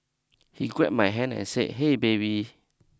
he grab my hand and say hey baby